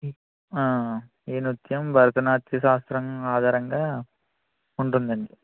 ఈ నృత్యం భారతనాట్య శాస్త్రం ఆధారంగా ఉంటుందండి